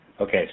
Okay